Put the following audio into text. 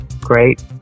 Great